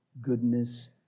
goodness